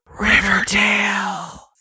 Riverdale